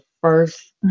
first